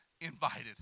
invited